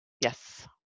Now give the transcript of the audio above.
yes